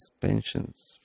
pensions